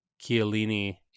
Chiellini